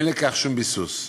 אין לכך שום ביסוס.